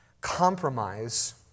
compromise